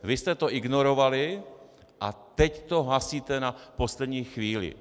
Vy jste to ignorovali, a teď to hasíte na poslední chvíli!